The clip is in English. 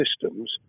systems